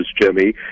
jimmy